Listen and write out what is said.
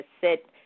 sit